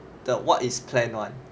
the what is planned one